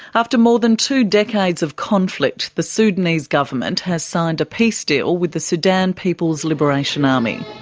after more than two decades of conflict, the sudanese government has signed a peace deal with the sudan people's liberation army.